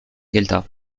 gueltas